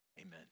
Amen